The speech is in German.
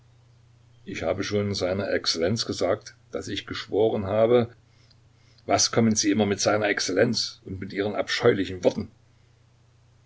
ich habe schon seiner exzellenz gesagt daß ich geschworen habe was kommen sie mir immer mit seiner exzellenz und mit ihren abscheulichen worten